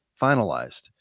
finalized